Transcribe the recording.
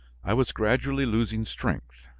i was gradually losing strength,